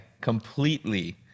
completely